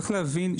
צריך להבין,